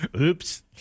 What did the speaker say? Oops